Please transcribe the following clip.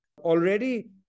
Already